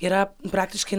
yra praktiškai